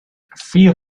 few